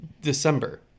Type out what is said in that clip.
December